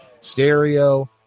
stereo